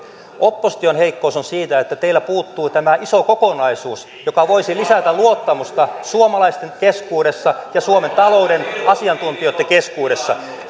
opposition heikkous on siinä että teiltä puuttuu tämä iso kokonaisuus joka voisi lisätä luottamusta suomalaisten keskuudessa ja suomen talouden asiantuntijoitten keskuudessa